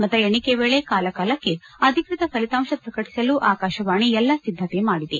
ಮತ ಎಣಿಕೆ ವೇಳೆ ಕಾಲಕಾಲಕ್ಕೆ ಅಧಿಕೃತ ಫಲಿತಾಂಶ ಪ್ರಕಟಿಸಲು ಆಕಾಶವಾಣಿ ಎಲ್ಲಾ ಸಿದ್ದತೆ ಮಾಡಿದೆ